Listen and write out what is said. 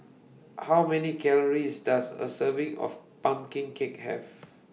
How Many Calories Does A Serving of Pumpkin Cake Have